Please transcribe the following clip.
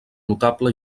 notable